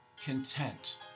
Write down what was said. content